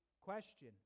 Question